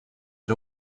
and